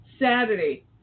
Saturday